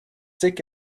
sick